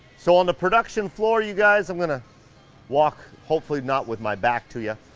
so on the production floor, you guys, i'm gonna walk hopefully not with my back to you.